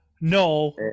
No